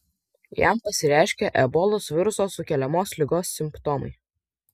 jam pasireiškė ebolos viruso sukeliamos ligos simptomai